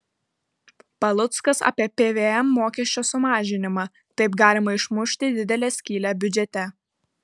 paluckas apie pvm mokesčio sumažinimą taip galima išmušti didelę skylę biudžete